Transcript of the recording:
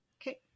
Okay